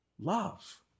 love